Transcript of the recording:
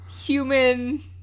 human